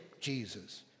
Jesus